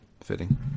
fitting